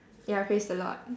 ya praise the lord